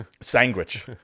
Sandwich